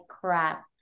crap